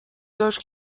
داشت